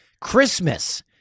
Christmas